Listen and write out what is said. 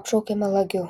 apšaukė melagiu